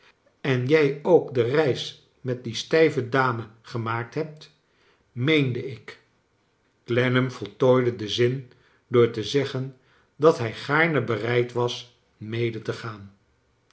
en jij ook de reis met die stijve dame gemaakt hebt meende ik clennam voltooide den zin door te zeggen dat hij gaarne bereid was mede te gaan